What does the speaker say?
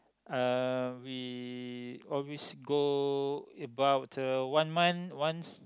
uh we always go about one month once